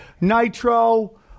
Nitro